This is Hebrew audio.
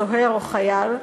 סוהר או חייל,